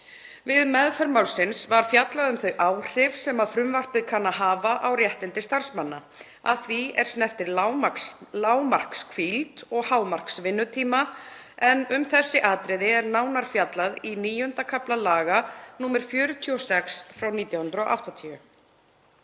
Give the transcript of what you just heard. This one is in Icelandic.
Við meðferð málsins var fjallað um þau áhrif sem frumvarpið kann að hafa á réttindi starfsmanna að því er snertir lágmarkshvíld og hámarksvinnutíma, en um þessi atriði er nánar fjallað í IX. kafla laga nr. 46/1980.